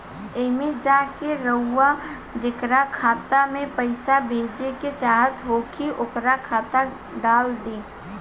एईमे जा के रउआ जेकरा खाता मे पईसा भेजेके चाहत होखी ओकर खाता डाल दीं